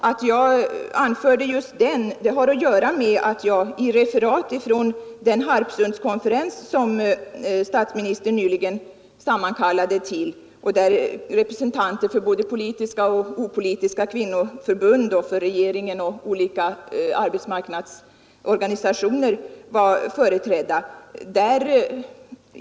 Att jag anförde just den siffran har att göra med en uppgift från den Harpsundskonferens som statsministern nyligen sammakallade till, där förutom regeringen såväl politiska och opolitiska kvinnoförbund som olika arbetsmarknadsorganisationer var företrädda.